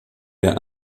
der